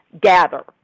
gather